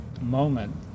moment